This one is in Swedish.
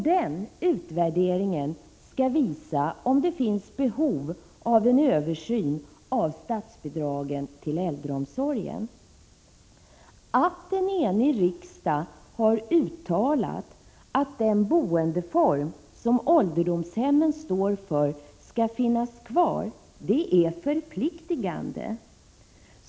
Den utvärderingen skall visa om det finns behov av en översyn av statsbidragen till äldreomsorgen. Att en enig riksdag har uttalat att den boendeform som ålderdomshemmen står för skall finnas kvar är förpliktigande.